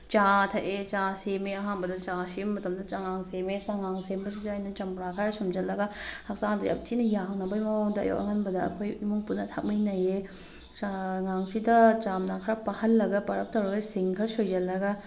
ꯆꯥ ꯊꯛꯑꯦ ꯆꯥ ꯁꯦꯝꯃꯦ ꯑꯍꯥꯟꯕꯗ ꯆꯉꯥꯡ ꯁꯦꯝꯕ ꯃꯇꯝꯗ ꯆꯉꯥꯡ ꯁꯦꯝꯃꯦ ꯆꯉꯥꯡ ꯁꯦꯝꯕꯁꯤꯗ ꯑꯩꯅ ꯆꯝꯄ꯭ꯔꯥ ꯈꯔ ꯁꯨꯝꯖꯤꯜꯂꯒ ꯍꯛꯆꯥꯡꯗ ꯌꯥꯝ ꯊꯤꯅ ꯌꯥꯡꯅꯕꯒꯤ ꯃꯑꯣꯡꯗ ꯑꯌꯨꯛ ꯑꯉꯟꯕꯗ ꯑꯩꯈꯣꯏ ꯏꯃꯨꯡ ꯄꯨꯟꯅ ꯊꯛꯃꯤꯟꯅꯩꯌꯦ ꯆꯉꯥꯡꯁꯤꯗ ꯆꯥ ꯃꯅꯥ ꯈꯔ ꯄꯥꯍꯜꯂꯒ ꯄꯥꯔꯞ ꯇꯧꯔꯒ ꯁꯤꯡ ꯈꯔ ꯁꯣꯏꯖꯤꯜꯂꯒ